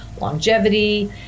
longevity